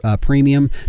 premium